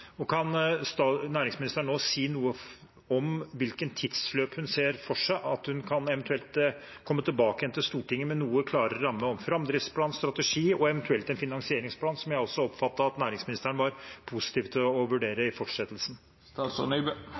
Kan næringsministeren nå si noe om i hvilket tidsløp hun ser for seg at hun eventuelt kan komme tilbake igjen til Stortinget med en noe klarere ramme om framdriftsplan og strategi og eventuelt en finansieringsplan, noe jeg oppfattet at næringsministeren var positiv til å vurdere i